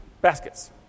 baskets